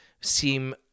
seem